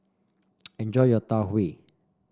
enjoy your Tau Huay